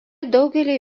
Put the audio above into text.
daugelyje